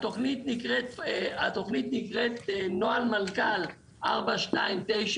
התוכנית נקראת 'נוהל מנכ"ל 429',